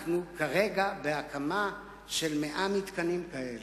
אנחנו כרגע בהקמה של 100 מתקנים כאלה,